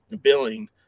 billing